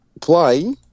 play